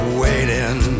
waiting